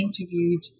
interviewed